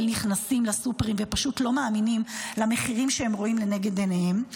נכנסים לסופרים ופשוט לא מאמינים למחירים שהם רואים לנגד עיניהם.